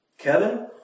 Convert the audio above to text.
Kevin